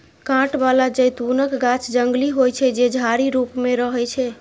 कांट बला जैतूनक गाछ जंगली होइ छै, जे झाड़ी रूप मे रहै छै